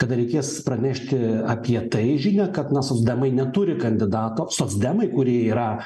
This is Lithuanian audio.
kada reikės pranešti apie tai žinią kad na socdemai neturi kandidato socdemai kurie yra